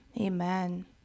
Amen